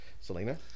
Selena